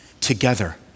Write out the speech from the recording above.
together